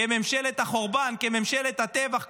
כממשלת החורבן, כממשלת הטבח.